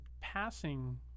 passing